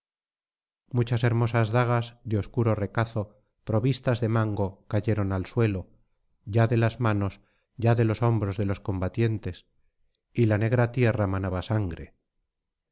muchas hermosas dagas de obscuro recazo provistas de mango cayeron al suelo ya de las manos ya de los hombros de los combatientes y la negra tierra manaba sangre